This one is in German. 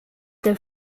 der